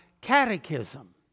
catechism